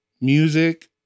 music